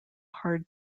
hard